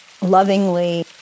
lovingly